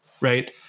Right